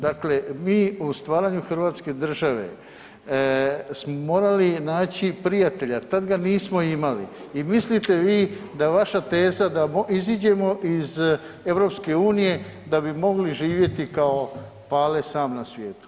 Dakle, mi u stvaranju hrvatske države smo morali naći prijatelja, tad ga nismo imali i mislite vi da vaša teza da iziđemo iz EU da bi mogli živjeti kao „Pale sam na svijetu“